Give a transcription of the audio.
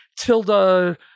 Tilda